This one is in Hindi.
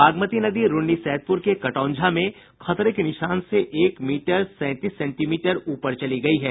बागमती नदी रून्नीसैदपुर के कटौंझा में खतरे के निशान से एक मीटर सैंतीस सेंटीमीटर ऊपर चली गयी है